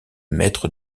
maître